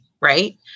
Right